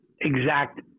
exact